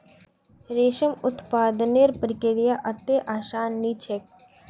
रेशम उत्पादनेर प्रक्रिया अत्ते आसान नी छेक